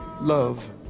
love